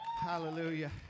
Hallelujah